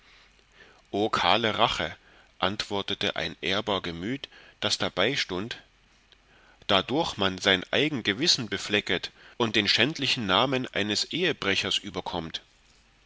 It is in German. kahle rache antwortete ein ehrbar gemüt so dabei stund dadurch man sein eigen gewissen beflecket und den schändlichen namen eines ehebrechers überkommt